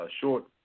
short